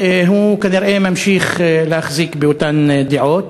הוא כנראה ממשיך להחזיק באותן דעות.